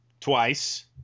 Twice